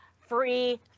free